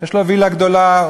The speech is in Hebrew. יש לו וילה גדולה,